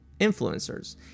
influencers